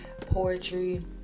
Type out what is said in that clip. poetry